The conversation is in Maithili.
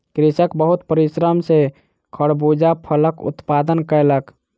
कृषक बहुत परिश्रम सॅ खरबूजा फलक उत्पादन कयलक